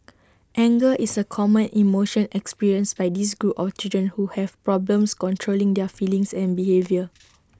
anger is A common emotion experienced by this group of children who have problems controlling their feelings and behaviour